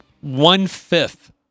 one-fifth